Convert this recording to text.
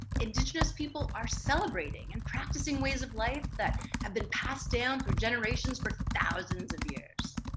indigenous people are celebrating and practicing ways of life that have been passed down through generations for thousands of years.